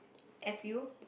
F U